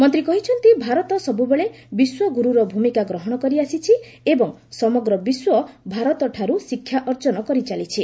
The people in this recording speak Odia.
ମନ୍ତ୍ରୀ କହିଛନ୍ତି ଭାରତ ସବୁବେଳେ ବିଶ୍ୱଗୁରୁର ଭୂମିକା ଗ୍ରହଣ କରିଆସିଛି ଏବଂ ସମଗ୍ର ବିଶ୍ୱ ଭାରତଠାରୁ ଶିକ୍ଷାଅର୍ଜନ କରିଚାଲିଛି